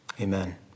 amen